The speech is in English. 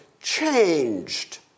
changed